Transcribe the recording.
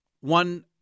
one